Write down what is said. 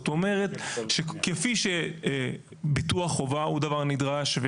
כפי שביטוח חובה הוא דבר נדרש,